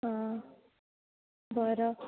हां बरं